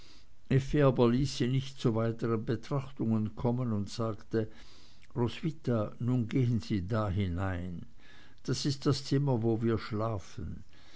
sie nicht zu weiteren betrachtungen kommen und sagte roswitha nun gehen sie da hinein das ist das zimmer wo wir schlafen